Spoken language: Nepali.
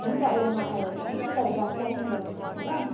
हुन्छ अहिले म आएर छान्छु कि तर दाम चाहिँ अलिक मिलाइदिनुहोस् न ल